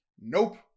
Nope